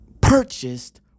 purchased